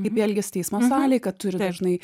kaip jie elgiasi teismo salėj kad turi dažnai